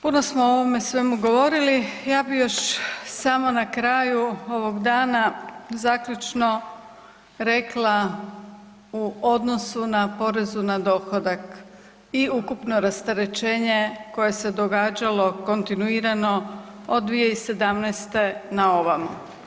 Puno smo o ovome svemu govorili, ja bih još samo na kraju ovog dana zaključno rekla u odnosu na porezu na dohodak i ukupno rasterećenje koje se događalo kontinuirano od 2017. na ovamo.